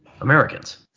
Americans